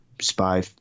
spy